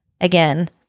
Again